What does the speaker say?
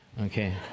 Okay